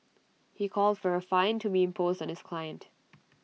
he called for A fine to be imposed on his client